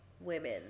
women